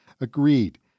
agreed